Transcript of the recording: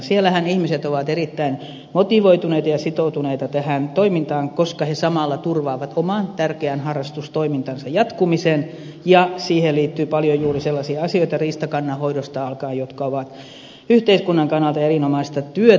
siellähän ihmiset ovat erittäin motivoituneita ja sitoutuneita tähän toimintaan koska he samalla turvaavat oman tärkeän harrastustoimintansa jatkumisen ja siihen liittyy paljon juuri sellaisia asioita riistakannan hoidosta alkaen jotka ovat yhteiskunnan kannalta erinomaista työtä